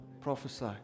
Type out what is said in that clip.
Prophesy